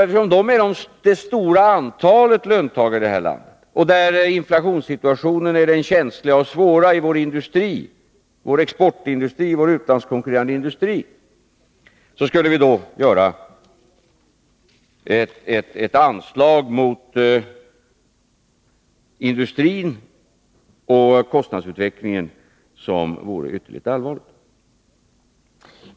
Eftersom de lågavlönade utgör det stora flertalet löntagare i det här landet och deras inflationssituation är den känsliga i vår industri — för vår exportindustri, vår utlandskonkurrerande industri — skulle vi då göra ett ingrepp mot industrin och kostnadsutvecklingen som vore ytterligt allvarligt.